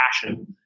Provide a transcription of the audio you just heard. passion